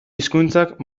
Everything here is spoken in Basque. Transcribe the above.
hizkuntzak